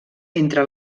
entre